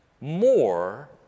more